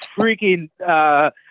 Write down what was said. freaking